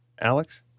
Alex